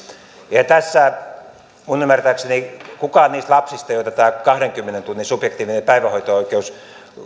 ja tässä minun ymmärtääkseni kukaan niistä lapsista joita tämä kahdenkymmenen tunnin subjektiivinen päivähoito oikeus